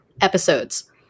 episodes